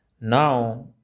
Now